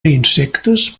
insectes